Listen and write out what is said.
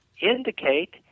indicate